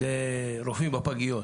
רופאים בפגיות.